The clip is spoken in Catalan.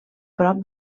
prop